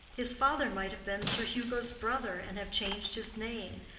his father might have been sir hugo's brother and have changed his name,